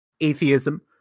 atheism